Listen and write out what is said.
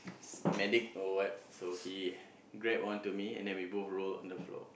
medic or what so he grab on to me and then we both roll on the floor